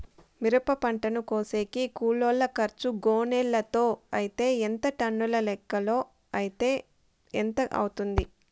మిరప పంటను కోసేకి కూలోల్ల ఖర్చు గోనెలతో అయితే ఎంత టన్నుల లెక్కలో అయితే ఎంత అవుతుంది?